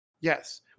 Yes